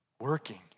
working